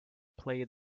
play